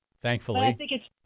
thankfully